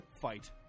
fight